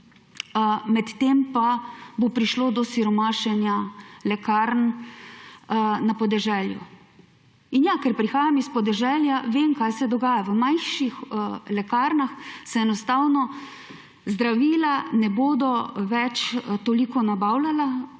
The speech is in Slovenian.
medtem pa bo prišlo do siromašenja lekarn na podeželju. In ja, ker prihajam s podeželja, vem, kaj se dogaja. V manjših lekarnah se enostavno zdravila ne bodo več toliko nabavljala